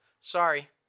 Sorry